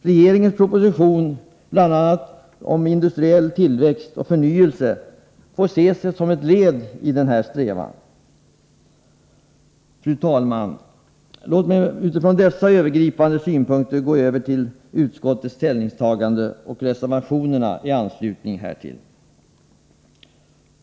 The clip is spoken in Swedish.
Regeringens proposition om bl.a. ”industriell tillväxt och förnyelse” får ses som ett led i denna strävan. Fru talman! Låt mig utifrån dessa övergripande synpunkter gå över till utskottets ställningstagande och reservationerna i anslutning härtill.